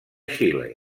xile